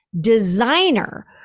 designer